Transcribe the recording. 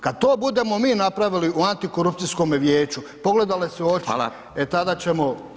Kad to budemo mi napravi u antikorupcijskom vijeću, pogledali se u oči [[Upadica: Hvala.]] e tada ćemo